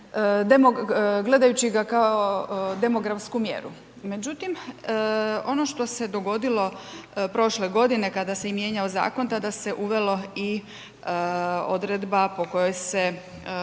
gledajući ga kao demografsku mjeru. Međutim, ono što se dogodilo prošle godine kada se i mijenjao zakon tada se uvelo i odredba po kojoj se